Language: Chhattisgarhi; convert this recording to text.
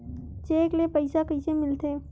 चेक ले पईसा कइसे मिलथे?